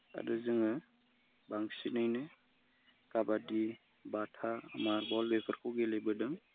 आरो जोङो बांसिनैनो काबाडि बाथा मार्बल बेफोरखौ गेलेबोदों